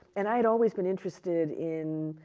and i had always been interested in,